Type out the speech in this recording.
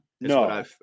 No